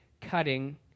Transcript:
cutting